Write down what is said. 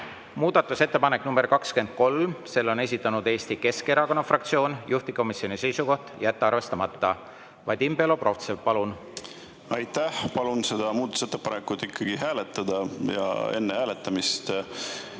Muudatusettepanek nr 23, selle on esitanud Eesti Keskerakonna fraktsioon, juhtivkomisjoni seisukoht: jätta arvestamata. Vadim Belobrovtsev, palun! Aitäh! Palun seda muudatusettepanekut hääletada ja enne hääletamist